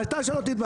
אתה, שלא תתבלבל.